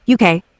UK